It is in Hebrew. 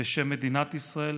בשם מדינת ישראל